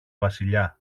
βασιλιά